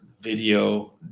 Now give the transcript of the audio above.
video